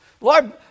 Lord